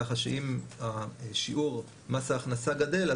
ככה שאם שיעור מס ההכנסה גדל,